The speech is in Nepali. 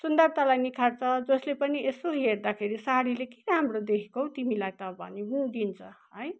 सुन्दरतालाई निखार्छ जसले पनि यसो हेर्दाखेरि साडीले के राम्रो देखेको हौ तिमीलाई त भनी पनि दिन्छ है